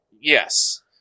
Yes